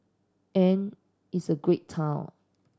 and it's a great town